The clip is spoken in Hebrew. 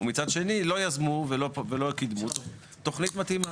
ומצד שני, לא יזמו ולא קידמו תוכנית מתאימה.